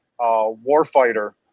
warfighter